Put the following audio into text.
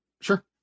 Sure